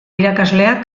irakaslea